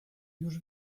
już